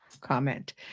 comment